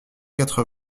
quatre